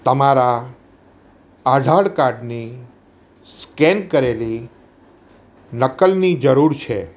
તમારા આધાર કાર્ડની સ્કેન કરેલી નકલની જરૂર છે